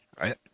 right